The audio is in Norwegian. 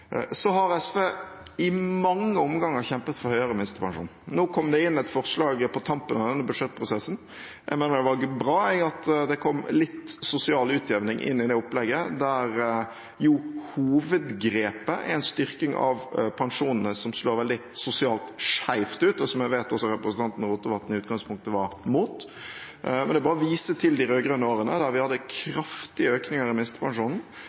har i mange omganger kjempet for høyere minstepensjon. Nå kom det inn et forslag, på tampen av denne budsjettprosessen. Jeg mener det var bra at det kom litt sosial utjevning inn i det opplegget, der hovedgrepet var en styrking av pensjonene som sosialt slo veldig skjevt ut, og som jeg vet at også representanten Rotevatn i utgangspunktet var imot. Jeg viser bare til de rød-grønne årene da vi hadde en kraftig økning av minstepensjonen. Det var den vesentligste årsaken til at fattigdommen blant eldre i